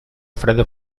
freda